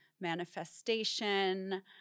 manifestation